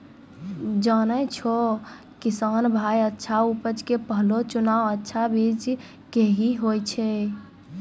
जानै छौ किसान भाय अच्छा उपज के पहलो चुनाव अच्छा बीज के हीं होय छै